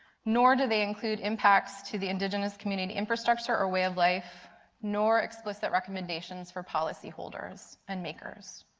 nor do they include impacts to the indigenous community infrastructure or way of life nor explicit recommendations for policyholders. and makers.